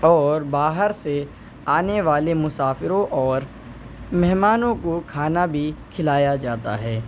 اور باہر سے آنے والے مسافروں اور مہمانوں کو کھانا بھی کھلایا جاتا ہے